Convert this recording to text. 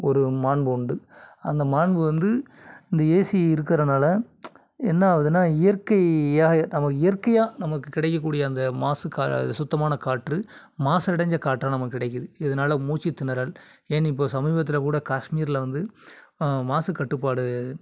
ஒரு மாண்பு உண்டு அந்த மாண்பு வந்து இந்த ஏசி இருக்கிறனால என்ன ஆகுதுன்னா இயற்கையாக நம்ம இயற்கையாக நமக்கு கிடைக்கக்கூடிய அந்த மாசுக்காக இது சுத்தமான காற்று மாசடைந்த காற்றாக நமக்கு கிடைக்குது இதனால் மூச்சுத் திணறல் ஏன் இப்போது சமீபத்தில் கூட காஷ்மீர்ல வந்து மாசுக்கட்டுப்பாடு